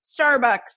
Starbucks